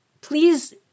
Please